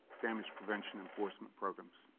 damage prevention enforcement programs,